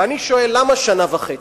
ואני שואל: למה שנה וחצי?